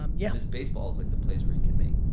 um yeah. cause baseball is like the place where you can make.